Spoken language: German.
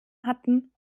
hatten